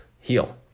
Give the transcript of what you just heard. heal